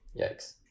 Yikes